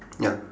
ya